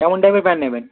কেমন টাইপের প্যান্ট নেবেন